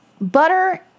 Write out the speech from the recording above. butter